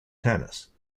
tennis